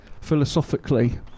philosophically